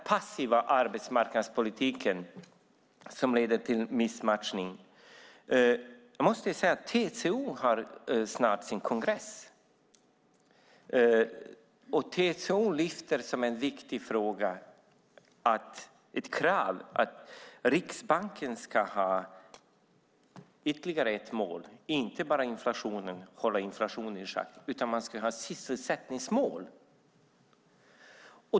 Den passiva arbetsmarknadspolitiken leder till missmatchning. TCO har snart sin kongress. TCO lyfter fram som en viktig fråga och som ett krav att Riksbanken ska ha ytterligare ett mål. Den ska inte bara hålla inflationen i schack utan den ska ha ett sysselsättningsmål.